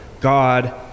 God